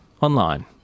online